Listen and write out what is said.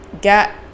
get